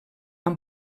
han